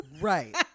Right